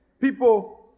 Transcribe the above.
People